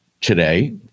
today